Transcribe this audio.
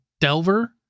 Delver